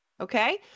Okay